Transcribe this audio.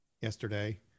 yesterday